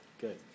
good